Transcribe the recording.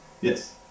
Yes